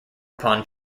upon